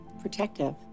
protective